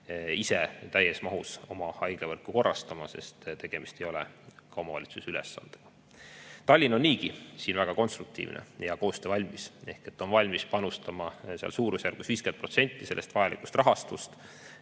ise täies mahus oma haiglavõrku korrastama, sest tegemist ei ole ka omavalitsuse ülesandega. Tallinn on siin niigi väga konstruktiivne ja koostöövalmis ehk on valmis panustama suurusjärgus 50% vajalikust rahastust.